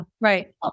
Right